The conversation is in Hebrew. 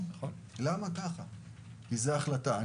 כי זו החלטה.